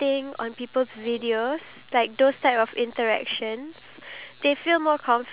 really convey out any form of facial expression because it doesn't have a face